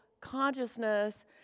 consciousness